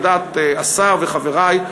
על דעת השר וחברי,